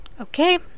Okay